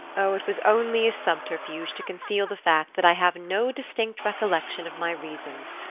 oh, it was only a subterfuge to conceal the fact that i have no distinct recollection of my reasons.